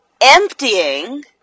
emptying